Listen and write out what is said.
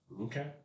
Okay